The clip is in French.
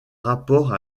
rapport